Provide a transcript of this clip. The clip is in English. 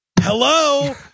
hello